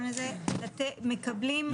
מקבלים.